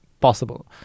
possible